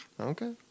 Okay